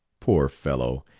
poor fellow!